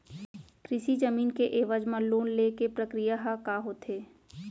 कृषि जमीन के एवज म लोन ले के प्रक्रिया ह का होथे?